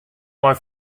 mei